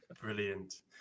brilliant